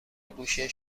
گوشی